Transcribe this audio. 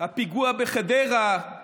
הפיגוע בחדרה,